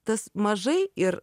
tas mažai ir